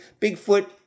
Bigfoot